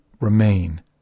remain